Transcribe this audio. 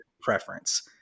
preference